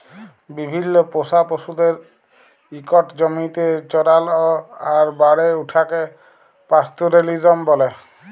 বিভিল্ল্য পোষা পশুদের ইকট জমিতে চরাল আর বাড়ে উঠাকে পাস্তরেলিজম ব্যলে